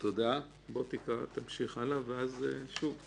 תמשיך הלאה ואז שוב.